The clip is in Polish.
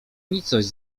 nicość